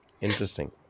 Interesting